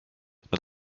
nad